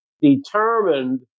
determined